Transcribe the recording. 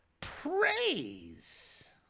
praise